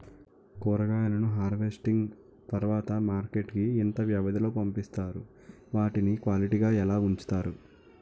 కూరగాయలను హార్వెస్టింగ్ తర్వాత మార్కెట్ కి ఇంత వ్యవది లొ పంపిస్తారు? వాటిని క్వాలిటీ గా ఎలా వుంచుతారు?